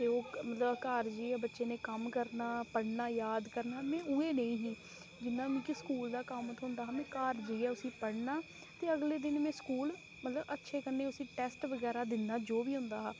ते ओह् मतलब घर जाइयै बच्चें दे कम्म करना पढ़ना याद करना में उ'ऐ नेही ही जि'यां मिगी स्कूल दा कम्म थ्होंदा हा ना मी घर जाइयै उसी पढ़ना ते अगले दिन स्कूल मतलब अच्छे कन्ने उसी टेस्ट बगैरा दिन्ना जो बी होंदा हा